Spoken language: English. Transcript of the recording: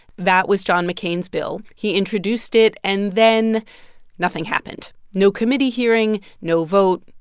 that was john mccain's bill. he introduced it, and then nothing happened no committee hearing, no vote,